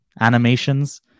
animations